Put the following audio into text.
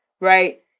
right